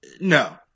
no